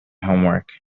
homework